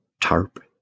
tarp